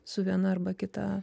su viena arba kita